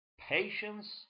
patience